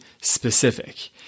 specific